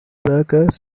workers